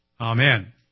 Amen